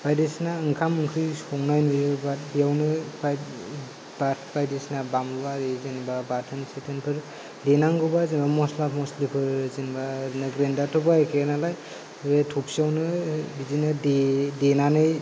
बायदिसिना ओंखाम ओंख्रि संनाय नुयोबा बेयावनो बानलु आरि बा बाथोन सुथोनफोर देनांगौबा जोङो मस्ला मस्लिफोर जेनबा ग्रेनडार थ बाहायखाया नालाय बिदिनो थफियावनो देनानै